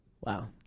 Wow